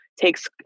takes